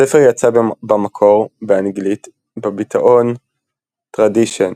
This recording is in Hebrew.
הספר יצא במקור באנגלית בביטאון "Tradition",